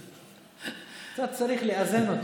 אתה צריך לאזן אותו.